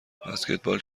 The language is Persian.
بسکتبال